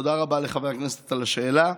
תודה רבה לחבר הכנסת על השאלה.